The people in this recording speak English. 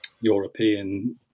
European